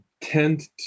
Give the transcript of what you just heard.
tend